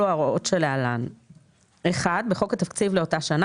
הוספת סעיף 3א1 1. בחוק-יסוד: משק המדינה,